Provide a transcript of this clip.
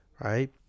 right